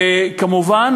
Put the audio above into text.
וכמובן,